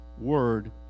word